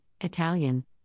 Italian